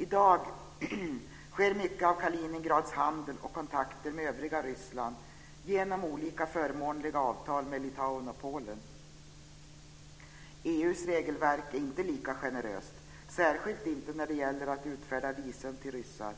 I dag sker mycket av Kaliningrads handel och kontakter med övriga Ryssland genom olika förmånliga avtal med Litauen och Polen. EU:s regelverk är inte lika generöst, särskilt inte när det gäller att utfärda visum till ryssar.